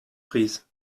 prise